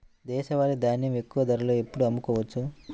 దేశవాలి ధాన్యం ఎక్కువ ధరలో ఎప్పుడు అమ్ముకోవచ్చు?